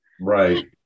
Right